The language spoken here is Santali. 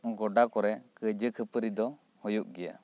ᱜᱚᱰᱟ ᱠᱚᱨᱮ ᱠᱟᱹᱭᱡᱟᱹ ᱠᱷᱟᱹᱯᱟᱹᱨᱤ ᱫᱚ ᱦᱩᱭᱩᱜ ᱜᱮᱭᱟ